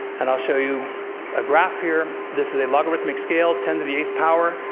and i'll show you a graph here. this is a logarithmic scale, ten to the eighth power.